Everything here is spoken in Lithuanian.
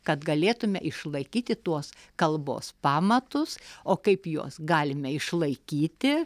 kad galėtume šlaikyti tuos kalbos pamatus o kaip juos galime išlaikyti